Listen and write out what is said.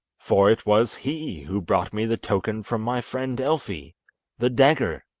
for it was he who brought me the token from my friend elfi the dagger